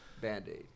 Band-Aid